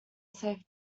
safe